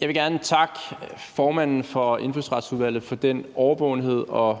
Jeg vil gerne takke formanden for Indfødsretsudvalget for den årvågenhed og